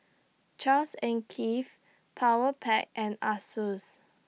Charles and Keith Powerpac and Asus